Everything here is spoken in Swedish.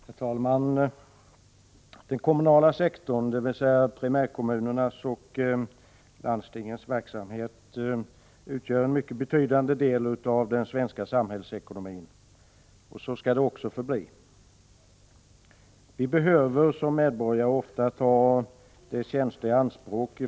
Herr talman! Den kommunala sektorn, dvs. primärkommunernas och landstingens verksamhet, utgör en mycket betydande del av den svenska samhällsekonomin. Så skall det också förbli. Vi behöver som medborgare ofta ta dessa tjänster i anspråk.